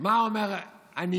מה אומר הנייה?